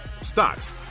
stocks